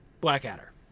Blackadder